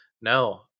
no